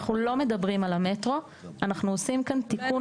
אנחנו לא מדברים על המטרו, אנחנו עושים כאן תיקון.